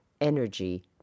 energy